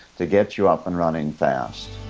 to get you up and running fast.